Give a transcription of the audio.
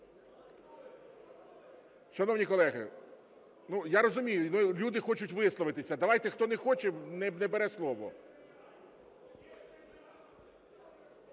Шановні колеги, я розумію. Ну, люди хочуть висловитися. Давайте хто не хоче – не бере слово.